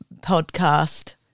podcast